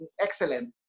excellent